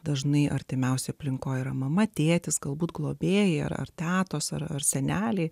dažnai artimiausioje aplinkoje yra mama tėtis galbūt globėjai ar tetos ar seneliai